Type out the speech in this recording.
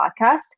podcast